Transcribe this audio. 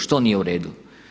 Što nije uredu?